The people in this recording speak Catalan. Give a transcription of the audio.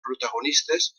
protagonistes